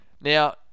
Now